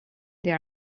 they